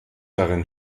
darin